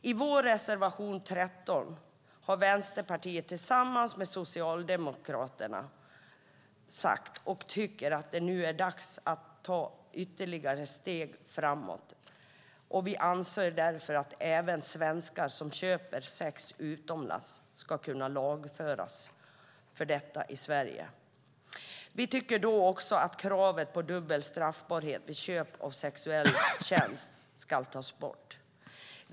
I vår reservation 13 har Vänsterpartiet tillsammans med Socialdemokraterna sagt att det nu är dags att ta ytterligare steg framåt. Vi anser därför att även svenskar som köper sex utomlands ska kunna lagföras för detta i Sverige. Vi tycker också att kravet på dubbel straffbarhet vid köp av sexuell tjänst ska tas bort.